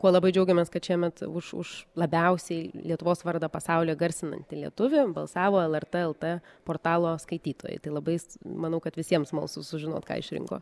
kuo labai džiaugiamės kad šiemet už už labiausiai lietuvos vardą pasaulyje garsinantį lietuvį balsavo lrt lt portalo skaitytojai tai labais manau kad visiems smalsu sužinot ką išrinko